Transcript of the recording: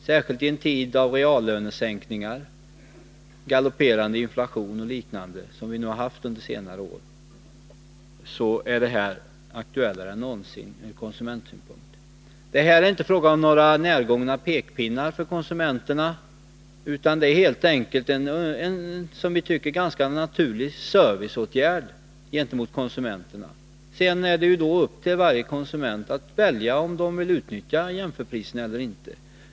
Särskilt i en tid av reallönesänkning, galopperande inflation och liknande, som vi ju har haft under senare år, är behovet av besparingar från konsumentsynpunkt mer aktuellt än någonsin. Det är inte fråga om några närgångna pekpinnar för konsumenterna utan helt enkelt om en, som vi tycker, ganska naturlig serviceåtgärd. Sedan är det upp till varje konsument att välja om man vill utnyttja jämförpriserna eller inte.